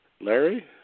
Larry